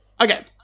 Okay